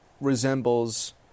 resembles